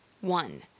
One